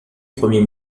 premier